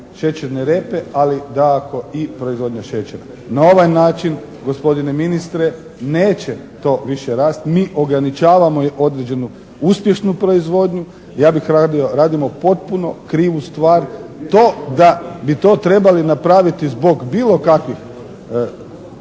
šećerne repe, ali dakako i proizvodnja šećera. Na ovaj način gospodine ministre neće to više rasti, mi ograničavamo određenu uspješnu proizvodnju, radimo potpuno krivu stvar. To da bi to trebali napraviti zbog bilo kakvih